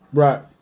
right